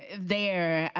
there